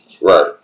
Right